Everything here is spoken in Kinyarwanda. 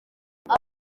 miss